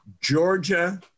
Georgia